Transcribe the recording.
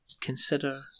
consider